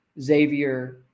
Xavier